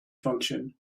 function